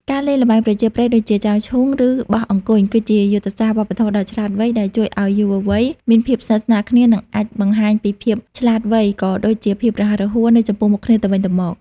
ការលេងល្បែងប្រជាប្រិយដូចជា ចោលឈូង ឬបោះអង្គញ់ គឺជាយុទ្ធសាស្ត្រវប្បធម៌ដ៏ឆ្លាតវៃដែលជួយឱ្យយុវវ័យមានភាពស្និទ្ធស្នាលគ្នា និងអាចបង្ហាញពីភាពឆ្លាតវៃ ក៏ដូចជាភាពរហ័សរហួននៅចំពោះមុខគ្នាទៅវិញទៅមក។